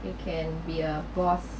you can be a boss